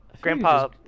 Grandpa